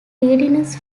readiness